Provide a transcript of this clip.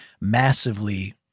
massively